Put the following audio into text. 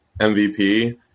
MVP